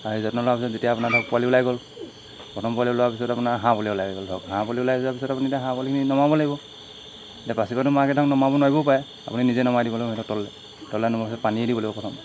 আৰু সেই যত্ন লোৱাৰ পিছত যেতিয়া আপোনাৰ ধৰক পোৱালি ওলাই গ'ল প্ৰথম পোৱালি ওলোৱাৰ পিছত আপোনাৰ হাঁহ পোৱালি ওলাই গ'ল ধৰক হাঁহ পোৱালি ওলাই যোৱাৰ পিছত আপুনি এতিয়া হাঁহ পোৱালিখিনি নমাব লাগিব তেতিয়া পাচিপাটো মাকে ধৰক নমাব নোৱাৰিবও পাৰে আপুনি নিজে নমাই দিব লাগিব সিহঁতক তললৈ তললৈ নমোৱাৰ পিছত পানীয়ে দিব লাগিব প্ৰথম